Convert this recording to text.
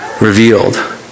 revealed